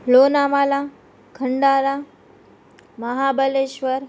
Lonavala Khandala Mahabaleshwar